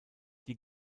die